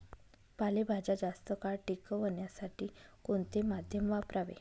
पालेभाज्या जास्त काळ टिकवण्यासाठी कोणते माध्यम वापरावे?